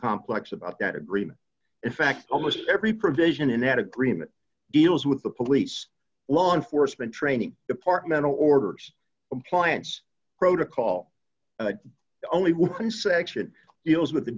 complex about that agreement in fact almost every provision in that agreement deals with the police law enforcement training departmental orders compliance protocol the only one section deals with the